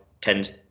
tends